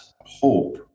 hope